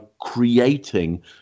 creating